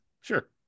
sure